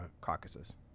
caucuses